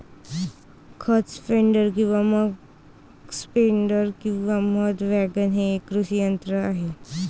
खत स्प्रेडर किंवा मक स्प्रेडर किंवा मध वॅगन हे एक कृषी यंत्र आहे